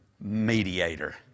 mediator